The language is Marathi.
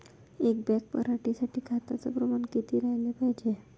एक बॅग पराटी साठी खताचं प्रमान किती राहाले पायजे?